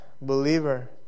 believer